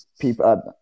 People